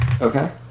Okay